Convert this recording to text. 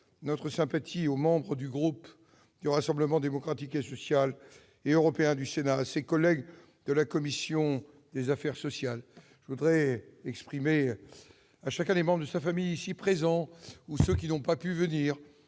notre sympathie aux membres du groupe du Rassemblement démocratique et social européen du Sénat et à ses collègues de la commission des affaires sociales. Je voudrais aussi transmettre à chacun des membres de sa famille, ceux qui sont ici présents